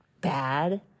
bad